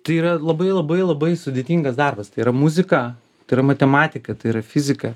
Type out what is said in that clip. tai yra labai labai labai sudėtingas darbas tai yra muzika tai yra matematika tai yra fizika